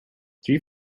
three